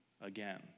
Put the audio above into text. again